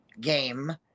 game